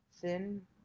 thin